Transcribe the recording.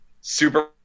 super